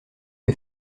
est